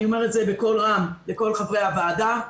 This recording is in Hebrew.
אני אומר את זה בקול רם לכל חברי הוועדה.